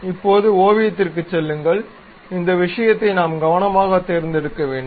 இப்போது ஓவியத்திற்குச் செல்லுங்கள் இந்த விஷயத்தை நாம் கவனமாக தேர்ந்தெடுக்க வேண்டும்